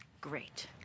Great